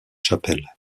chapelle